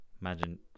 Imagine